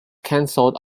cancelled